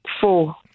four